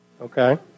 okay